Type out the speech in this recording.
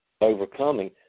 overcoming